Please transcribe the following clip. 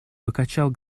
покачал